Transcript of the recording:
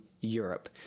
Europe